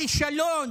הכישלון